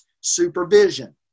supervision